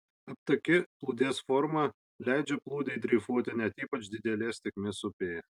aptaki plūdės forma leidžia plūdei dreifuoti net ypač didelės tėkmės upėje